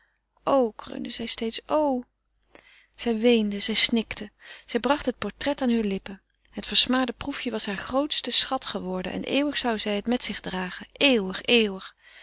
o kreunde zij steeds o zij weende zij snikte zij bracht het portret aan heure lippen het versmade proefje was haar grootste schat geworden en eeuwig zou zij het met zich dragen eeuwig eeuwig